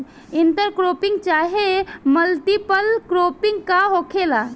Inter cropping चाहे multiple cropping का होखेला?